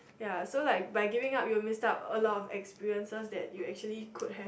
ya so like by giving up you will miss out a lot of experiences that you actually could have